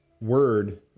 word